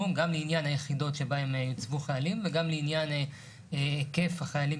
גם לעניין היחידות שבהן יוצבו חיילים וגם לעניין היקף החיילים